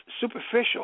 superficial